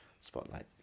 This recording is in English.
spotlight